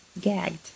Gagged